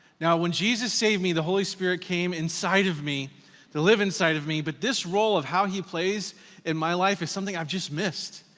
now, when jesus saved me, the holy spirit came inside of me to live inside of me, but this role of how he plays in my life is something i've just missed.